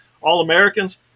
all-Americans